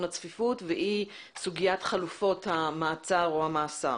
הצפיפות והיא סוגיית חלופות המעצר או המאסר.